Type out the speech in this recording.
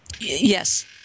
Yes